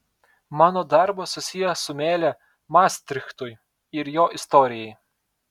mano darbas susijęs su meile mastrichtui ir jo istorijai